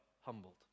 humbled